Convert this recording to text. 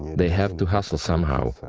they have to bustle somehow.